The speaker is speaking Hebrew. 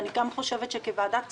אני חושבת שכוועדת כספים,